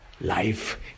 Life